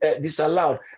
disallowed